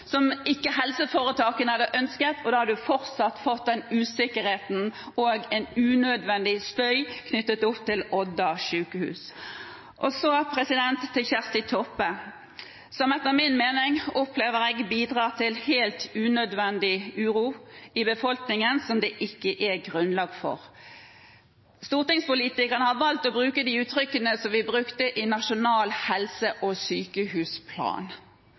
helseforetakene ikke hadde ønsket, og en hadde fortsatt fått usikkerhet og unødvendig støy knyttet til Odda sjukehus. Og så til Kjersti Toppe, som etter min mening bidrar til helt unødvendig uro i befolkningen, noe det ikke er grunnlag for. Stortingspolitikeren har valgt å bruke de uttrykkene som vi brukte i Nasjonal helse- og sykehusplan,